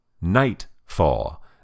Nightfall